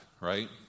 Right